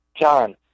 John